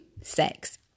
sex